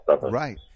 right